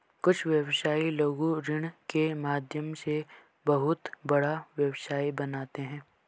कुछ व्यवसायी लघु ऋण के माध्यम से बहुत बड़ा व्यवसाय बनाते हैं